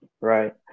Right